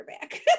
back